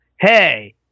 hey